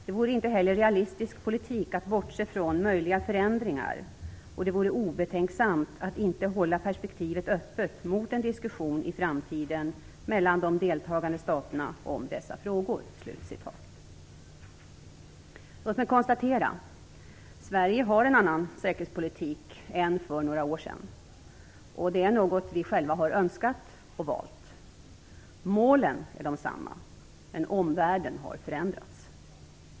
- Det vore inte heller realistisk politik att bortse från möjliga förändringar och det vore obetänksamt att inte hålla perspektivet öppet mot en diskussion i framtiden mellan de deltagande staterna om dessa frågor." Låt mig konstatera: Sverige har nu en annan säkerhetspolitik än för några år sedan. Det är något som vi själva har önskat och valt. Målen är desamma, men omvärlden har förändrats.